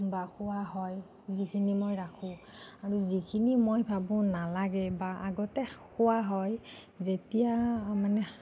বা খোৱা হয় যিখিনি মই ৰাখোঁ আৰু যিখিনি মই ভাবোঁ নালাগে বা আগতে খোৱা হয় যেতিয়া মানে